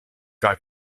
kaj